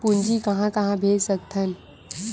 पूंजी कहां कहा भेज सकथन?